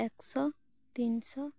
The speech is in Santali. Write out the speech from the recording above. ᱮᱠ ᱥᱚ ᱛᱤᱱ ᱥᱚ